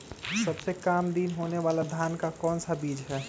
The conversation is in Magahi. सबसे काम दिन होने वाला धान का कौन सा बीज हैँ?